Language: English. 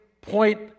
point